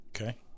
Okay